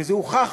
וזה הוכח